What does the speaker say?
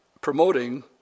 promoting